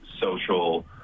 social